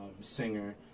singer